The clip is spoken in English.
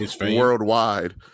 worldwide